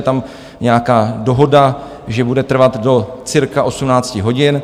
Je tam nějaká dohoda, že bude trvat do cirka 18 hodin.